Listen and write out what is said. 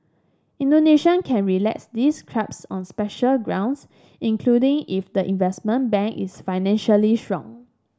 Indonesian can relax these curbs on special grounds including if the investment bank is financially strong